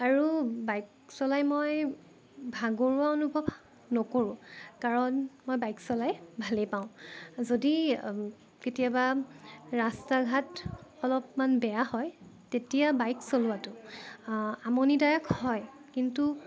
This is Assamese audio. আৰু বাইক চলাই মই ভাগৰুৱা অনুভৱ নকৰোঁ কাৰণ মই বাইক চলাই ভালেই পাওঁ যদি কেতিয়াবা ৰাস্তা ঘাট অলপমান বেয়া হয় তেতিয়া বাইক চলোৱাটো আমনিদায়ক হয় কিন্তু